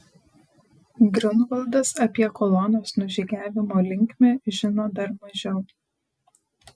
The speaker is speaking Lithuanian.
griunvaldas apie kolonos nužygiavimo linkmę žino dar mažiau